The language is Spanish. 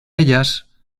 ellas